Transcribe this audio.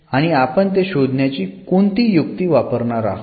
आणि आपण ते शोधायची कोणती युक्ती वापरणार आहोत